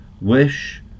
wish